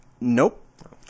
Nope